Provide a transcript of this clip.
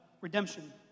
Redemption